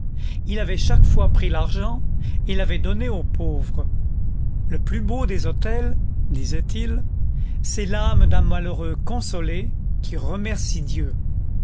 il avait chaque fois pris l'argent et l'avait donné aux pauvres le plus beau des autels disait-il c'est l'âme d'un malheureux consolé qui remercie dieu